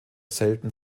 selten